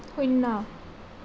শূন্য